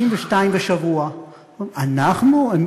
62 ושבוע, ואומרים, אנחנו?